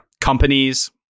Companies